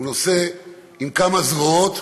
הוא נושא עם כמה זרועות,